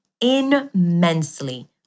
immensely